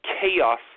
chaos